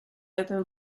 open